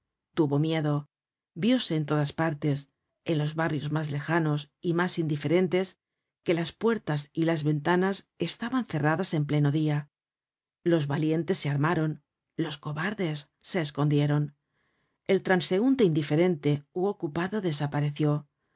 tuvo miedo vióse en todas partes en los barrios mas lejanos y mas indiferentes que las puertas y las ventanas estaban cerradas en pleno dia los valientes se armaron los cobardes se escondieron el transeunte indiferente ú ocupado desapareció